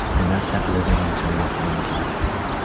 and that's that living until your final breath thing